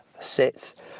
sit